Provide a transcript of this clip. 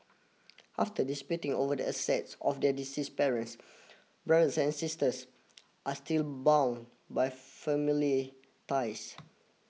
after disputing over the assets of their deceased parents brothers and sisters are still bound by family ties